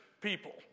people